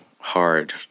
hard